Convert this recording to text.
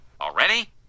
Already